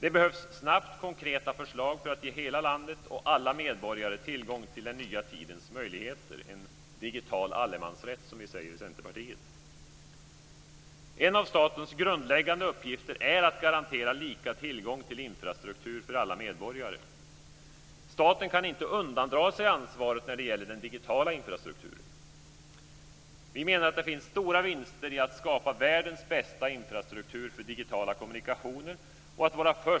Det behövs snabbt konkreta förslag för att ge hela landet och alla medborgare tillgång till den nya tidens möjligheter - en digital allemansrätt, som vi i En av statens grundläggande uppgifter är att garantera lika tillgång till infrastruktur för alla medborgare. Staten kan inte undandra sig ansvaret när det gäller den digitala infrastrukturen.